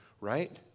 right